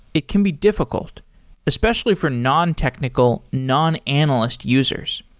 it can be diffi cult especially for nontechnical, non-analyst users.